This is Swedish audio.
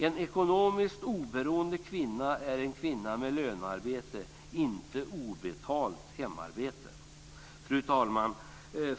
En ekonomiskt oberoende kvinna är en kvinna med lönearbete, inte obetalt hemarbete. Fru talman!